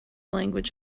language